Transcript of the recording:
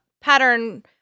pattern